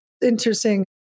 Interesting